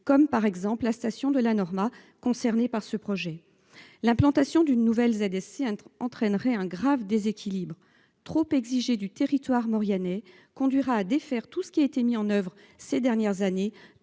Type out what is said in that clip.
comme par exemple la station de la Norma, concerné par ce projet. L'implantation d'une nouvelle ZSC entraînerait un grave déséquilibre trop exiger du territoire Mauriennais conduira à défaire tout ce qui a été mis en oeuvre ces dernières années,